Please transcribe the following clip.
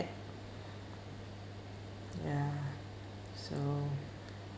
ya so